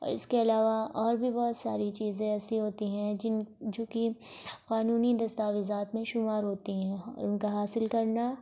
اور اس کے علاوہ اور بھی بہت ساری چیزیں ایسی ہوتی ہیں جن جو کہ قانونی دستاویزات میں شمار ہوتی ہیں اور ان کا حاصل کرنا